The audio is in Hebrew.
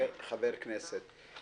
וחבר כנסת.